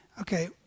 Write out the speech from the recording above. okay